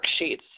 worksheets